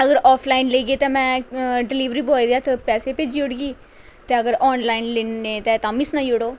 अगर आफ लेगे ते में डिलिवरी बोये दे हत्थ पैसे भेजी औड़गी ते अगर आनलाइन लैने ते तां बी सनाई ओड़ो